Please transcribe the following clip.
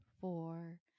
four